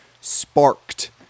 sparked